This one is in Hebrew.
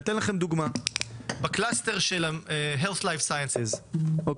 אתן לכם דוגמה: בקלסטר של Health Life Sciences אנחנו